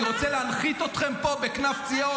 אני רוצה להנחית אתכם פה בכנף ציון